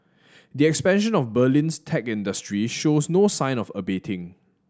the expansion of Berlin's tech industry shows no sign of abating